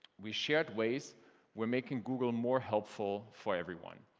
we shared ways we're making google more helpful for everyone.